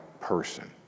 person